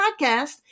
Podcast